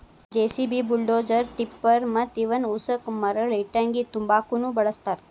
JCB, bulldozer, tipper ಮತ್ತ ಇವನ್ ಉಸಕ ಮರಳ ಇಟ್ಟಂಗಿ ತುಂಬಾಕುನು ಬಳಸ್ತಾರ